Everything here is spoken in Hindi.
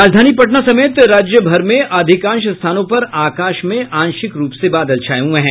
राजधानी पटना समेत राज्य भर में अधिकांश स्थानों पर आकाश में आंशिक रूप से बादल छाये हुए हैं